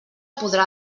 podrà